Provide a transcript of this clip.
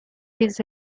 his